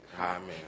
Amen